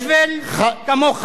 הוא זבל כמוך.